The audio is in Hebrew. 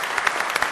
(מחיאות כפיים)